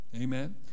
Amen